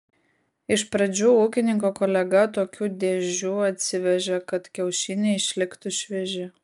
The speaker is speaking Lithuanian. iš pradžių ūkininko kolega tokių dėžių atsivežė kad kiaušiniai išliktų švieži